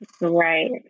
Right